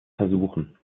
versuchen